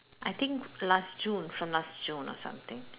I think last June from last June or something